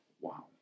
Wow